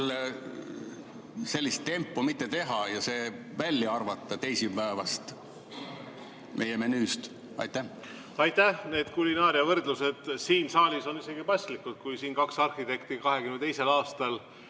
sellist tempu mitte teha ja see välja arvata meie teisipäevasest menüüst? Aitäh! Need kulinaariavõrdlused siin saalis on isegi paslikud. Kui kaks arhitekti 1922. aastal,